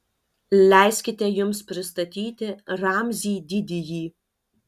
leiskite jums pristatyti ramzį didįjį